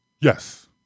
Yes